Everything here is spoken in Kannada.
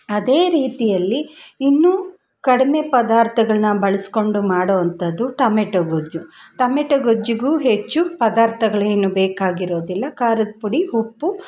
ಅದೇ ರೀತಿಯಲ್ಲಿ ಇನ್ನೂ ಕಡಿಮೆ ಪದಾರ್ಥಗಳನ್ನ ಬಳಸ್ಕೊಂಡು ಮಾಡೋವಂಥದ್ದು ಟಮೆಟೊ ಗೊಜ್ಜು ಟಮೆಟೊ ಗೊಜ್ಜಿಗು ಹೆಚ್ಚು ಪದಾರ್ಥಗಳೇನು ಬೇಕಾಗಿರೋದಿಲ್ಲ ಖಾರದ ಪುಡಿ ಉಪ್ಪು